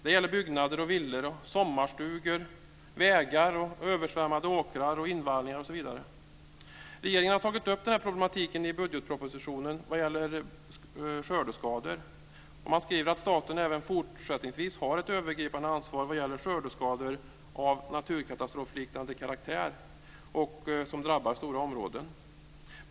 Det gäller byggnader, villor, sommarstugor, vägar, översvämmade åkrar och invallningar, osv. Regeringen har tagit upp denna problematik i budgetpropositionen vad gäller skördeskador. Man skriver att staten även fortsättningsvis har ett övergripande ansvar vad gäller skördeskador av naturkatastrofliknande karaktär som drabbar stora områden.